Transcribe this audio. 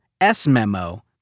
S-Memo